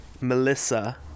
Melissa